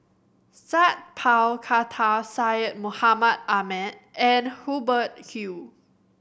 Sat Pal Khattar Syed Mohamed Ahmed and Hubert Hill